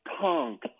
punk